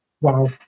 wow